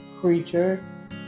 creature